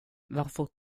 varför